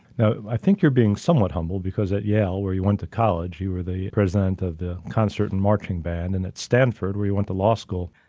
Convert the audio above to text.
now, i think you're being somewhat humble because at yale, where you went to college, you were the president of the concert and marching band and at stanford where you went to law school,